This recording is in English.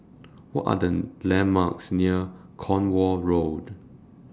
What Are The landmarks near Cornwall Road